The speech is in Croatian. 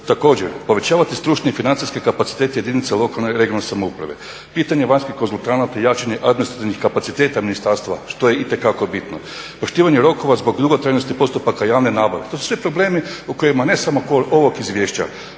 također povećavati stručne i financijske kapacitete jedinica lokalne (regionalne) samouprave, pitanje vanjskih konzultanata, jačanje administrativnih kapaciteta Ministarstva što je itekako bitno, poštivanje rokova zbog dugotrajnosti postupaka javne nabave. To su sve problemi ne samo oko ovog izvješća,